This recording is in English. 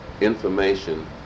information